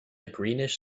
greenish